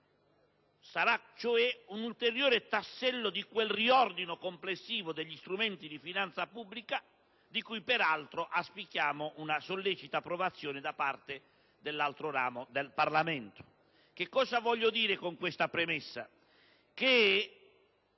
sarà cioè un ulteriore tassello di quel riordino complessivo degli strumenti di finanza pubblica, di cui peraltro auspichiamo una sollecita approvazione da parte dell'altro ramo del Parlamento. Cosa voglio dire con questa premessa?